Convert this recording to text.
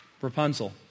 Rapunzel